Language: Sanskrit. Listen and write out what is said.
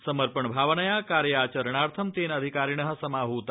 समर्पण भावनायां कार्याचरणार्थं तेन अधिकारिण समाहता